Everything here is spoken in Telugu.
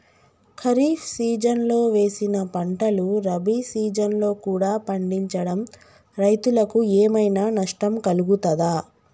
ఖరీఫ్ సీజన్లో వేసిన పంటలు రబీ సీజన్లో కూడా పండించడం రైతులకు ఏమైనా నష్టం కలుగుతదా?